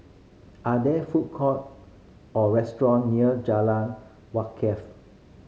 are there food court or restaurant near Jalan Wakaff